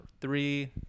three